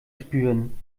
spüren